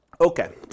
Okay